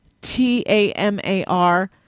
T-A-M-A-R